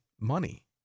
money